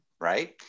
right